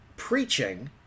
Preaching